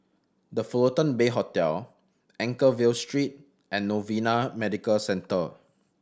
The Fullerton Bay Hotel Anchorvale Street and Novena Medical Centre